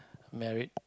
married